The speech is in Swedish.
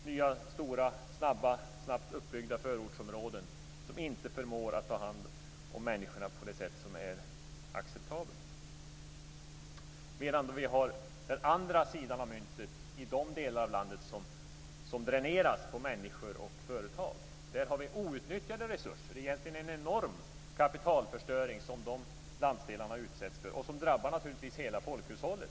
Det kommer till nya, stora, snabbt uppbyggda förortsområden som inte förmår att ta hand om människor på ett sätt som är acceptabelt. Sedan har vi den andra sidan av myntet i de delar av landet som dräneras på människor och företag. Där har vi outnyttjade resurser. Det är egentligen en enorm kapitalförstöring som de landsdelarna utsätts för. Det drabbar naturligtvis hela folkhushållet.